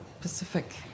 Pacific